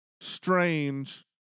strange